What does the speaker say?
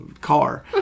car